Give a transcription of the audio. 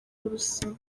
burusiya